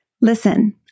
Listen